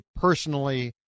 personally